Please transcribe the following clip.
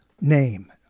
name